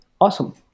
Awesome